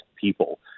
people